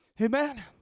Amen